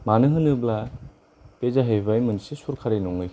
मानो होनोब्ला बे जाहैबाय मोनसे सरखारि नङै